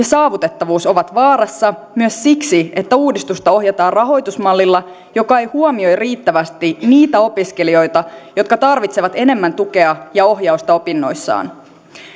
saavutettavuus ovat vaarassa myös siksi että uudistusta ohjataan rahoitusmallilla joka ei huomioi riittävästi niitä opiskelijoita jotka tarvitsevat enemmän tukea ja ohjausta opinnoissaan